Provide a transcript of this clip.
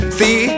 see